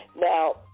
Now